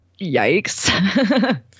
Yikes